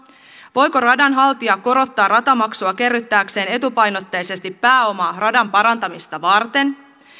voiko radanhaltija korottaa ratamaksua kerryttääkseen etupainotteisesti pääomaa radan parantamista varten